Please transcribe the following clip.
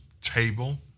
table